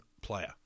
player